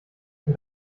und